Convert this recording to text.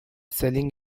selling